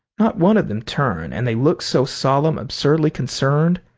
not one of them turned, and they looked so solemn-absurdly concerned.